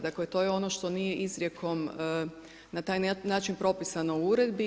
Dakle, to je ono što nije izrijekom na taj način propisano u uredbi.